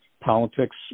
politics